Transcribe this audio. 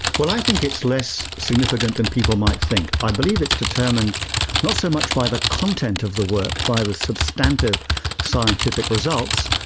well i think it's less significant than people might think. i believe it's determined not so much by the content of the work, by the substantive scientific results,